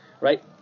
right